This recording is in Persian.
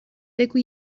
بگو